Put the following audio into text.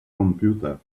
computer